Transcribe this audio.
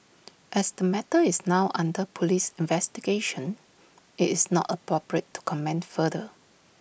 as the matter is now under Police investigation IT is not appropriate to comment further